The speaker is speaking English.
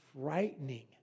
frightening